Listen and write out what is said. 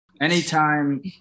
Anytime